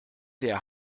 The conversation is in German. der